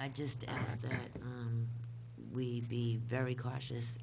i just we'd be very cautious